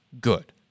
good